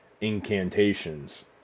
incantations